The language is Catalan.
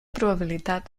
probabilitat